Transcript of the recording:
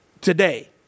today